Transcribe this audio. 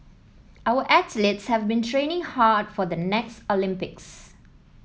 our athletes have been training hard for the next Olympics